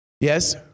Yes